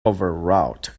overwrought